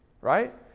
right